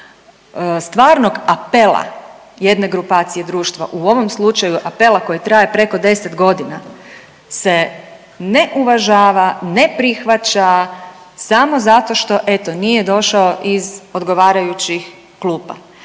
stvarnog apela jedne grupacije društva u ovom slučaju apela koji traje preko 10 godina se ne uvažava, ne prihvaća samo zato što eto nije došao iz odgovarajućih klupa.